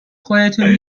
خودتون